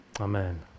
Amen